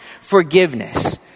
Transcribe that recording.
forgiveness—